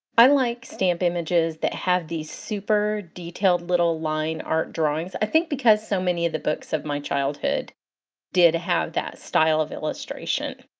um like stamp images that have these super detailed little line art drawings, i think because it so many of the books of my childhood did have that style of illustration.